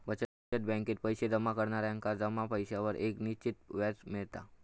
बचत बॅकेत पैशे जमा करणार्यांका जमा पैशांवर एक निश्चित व्याज मिळता